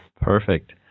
Perfect